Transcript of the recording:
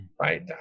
right